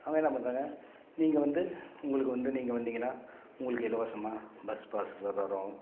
அவங்க என்ன பண்றாங்க நீங்கள் வந்து உங்களுக்கு வந்து நீங்கள் வந்தீங்கன்னால் உங்களுக்கு இலவசமாக பஸ் பாஸ் வரும்